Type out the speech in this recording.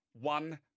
one